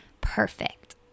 perfect